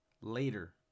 later